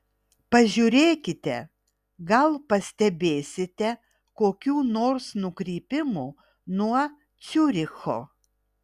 pažiūrėkite gal pastebėsite kokių nors nukrypimų nuo ciuricho